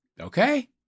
Okay